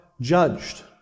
judged